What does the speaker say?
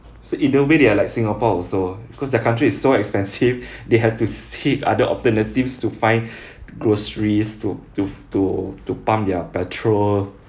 so either way they are like singapore also because the country is so expensive they had to seek other alternatives to find groceries to to to to pump their petrol